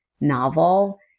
novel